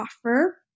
offer